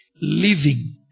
Living